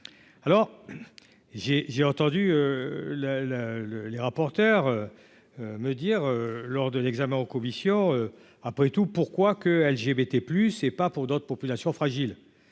alors j'ai j'ai entendu le le le les rapporteurs me dire lors de l'examen en commission, après tout, pourquoi que LGBT plus et pas pour d'autres populations fragiles,